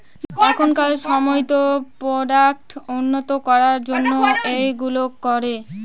এখনকার সময়তো প্রোডাক্ট উন্নত করার জন্য এইগুলো করে